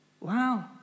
Wow